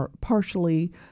partially